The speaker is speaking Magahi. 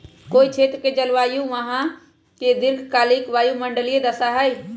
कोई क्षेत्र के जलवायु वहां के दीर्घकालिक वायुमंडलीय दशा हई